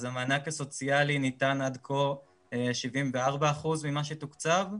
אז המענק הסוציאלי, ניתן עד כה 74% ממה שתוקצב,